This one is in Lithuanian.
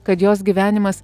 kad jos gyvenimas